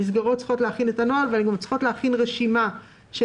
המסגרות צריכות להכין את הנוהל והן צריכות להכין רשימה של